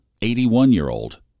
81-Year-Old